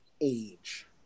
age